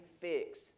fix